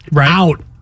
out